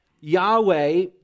Yahweh